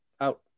out